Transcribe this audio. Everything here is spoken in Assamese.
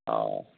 অঁ